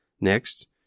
Next